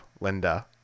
Linda